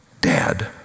dad